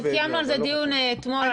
קיימנו על זה דיון אתמול,